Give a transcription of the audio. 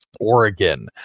Oregon